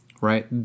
right